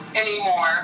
anymore